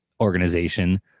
organization